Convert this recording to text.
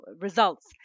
results